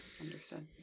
Understood